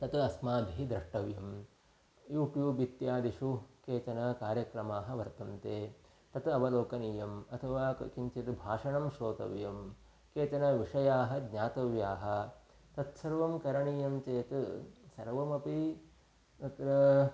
तत् अस्माभिः द्रष्टव्यं यूट्यूब् इत्यादिषु केचन कार्यक्रमाः वर्तन्ते तत् अवलोकनीयम् अथवा अत्र किञ्चित् भाषणं श्रोतव्यं केचन विषयाः ज्ञातव्याः तत्सर्वं करणीयं चेत् सर्वमपि तत्र